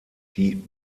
die